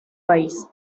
país